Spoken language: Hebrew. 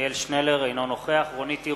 אינו נוכח רונית תירוש,